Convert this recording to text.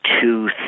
two